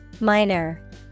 Minor